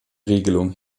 regelung